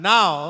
Now